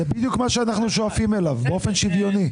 זה בדיוק מה שאנחנו שואפים אליו, באופן שוויוני.